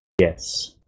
Yes